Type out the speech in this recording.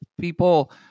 people